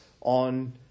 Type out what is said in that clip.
on